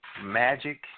Magic